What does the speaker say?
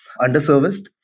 underserviced